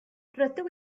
rydw